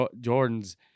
Jordan's